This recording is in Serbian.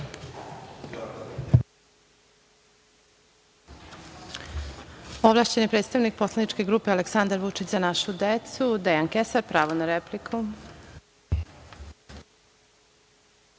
predstavnik, poslaničke grupe Aleksandar Vučić – Za našu decu, Dejan Kesar, pravo na repliku.